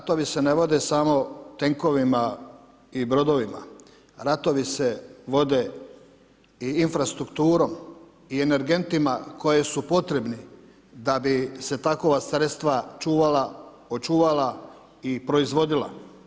Ratovi se ne vode samo tenkovima i brodovima, ratovi se vode i infrastrukturom i energentima koji su potrebni da bi se takva sredstva očuvala i proizvodila.